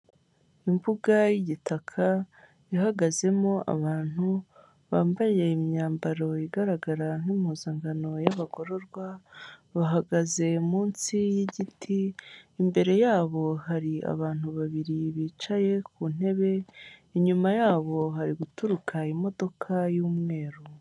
Imbuga y'igitaka, ihagazemo abantu bambaye imyambaro igararaga nk'impuzangano y'abagorwa, bahagaze munsi y'igiti, imbare yabo hari abantu babiri bicaye ku ntebe, inyuma yabo hari guturuka imodoka y'umweru.